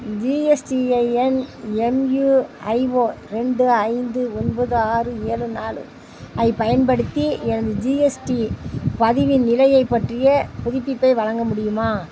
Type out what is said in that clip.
GSTIN MUIO ரெண்டு ஐந்து ஒன்பது ஆறு ஏழு நாலு ஐப் பயன்படுத்தி எனது ஜிஎஸ்டி பதிவின் நிலையைப் பற்றியப் புதுப்பிப்பை வழங்க முடியுமா